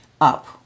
up